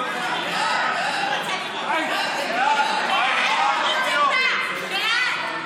הקמת ועדה מיוחדת לדיון בהצעת חוק התפזרות